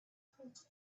towards